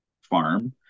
farm